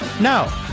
No